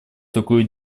такую